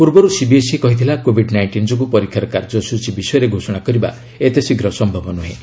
ପ୍ରର୍ବର୍ CBSE କହିଥିଲା Covid nineteen ଯୋଗୁଁ ପରୀକ୍ଷାର କାର୍ଯ୍ୟସ୍ଟଚୀ ବିଷୟରେ ଘୋଷଣା କରିବା ଏତେ ଶୀଘ୍ର ସମ୍ଭବ ନୁହେଁ